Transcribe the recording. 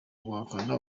guhakana